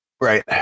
Right